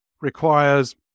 requires